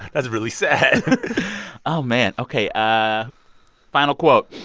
that's really sad oh, man. ok. ah final quote